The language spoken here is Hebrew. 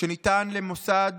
שניתן למוסד